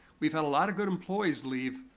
we've had a lot of good employees leave.